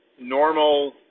normal